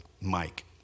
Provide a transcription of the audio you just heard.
Mike